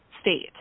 state